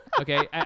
Okay